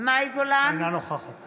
מאי גולן, אינה נוכחת